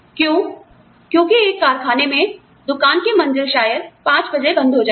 क्यों क्योंकि एक कारखाने में दुकान की मंजिल शायद 500 बजे बंद हो जाएगी